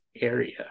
area